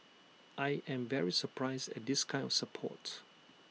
I am very surprised at this kind of support